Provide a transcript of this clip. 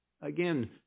Again